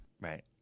Right